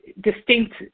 distinct